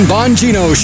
Bongino